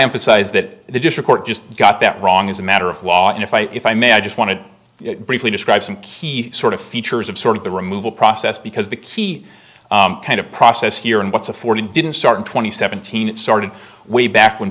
emphasize that they just report just got that wrong as a matter of law and if i if i may i just want to briefly describe some key sort of features of sort of the removal process because the key kind of process here and what's affording didn't start in twenty seventeen it started way back when